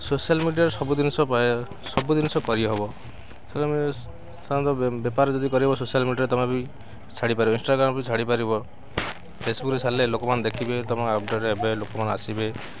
social ମିଡ଼ିଆରେ ସବୁ ଜିନିଷ ସବୁ ଜିନିଷ କରିହବ ସାଧାରଣତଃ ବେପାର ଯଦି କରିବ ସୋସିଆଲ୍ ମିଡ଼ିଆରେ ତୁମେ ବି ଛାଡ଼ିପାରିବ ଇନଷ୍ଟାଗ୍ରାମ୍ ବି ଛାଡ଼ିପାରିବ ଫେସବୁକ୍ରେ ଛାଡ଼ିପାରିବ ଲୋକମାନେ ଦେଖିବେ ତମେ ଅପଡ଼େଟ୍ ଏବେ ଲୋକମାନେ ଆସିବେ